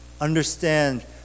Understand